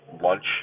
lunch